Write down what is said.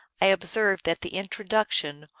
i observed that the introduction,